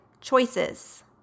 choices